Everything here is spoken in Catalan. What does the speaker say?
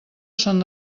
són